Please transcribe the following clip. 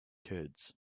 kids